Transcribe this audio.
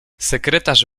sekretarz